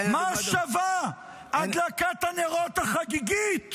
מה שווה הדלקת הנרות החגיגית,